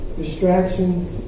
distractions